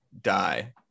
die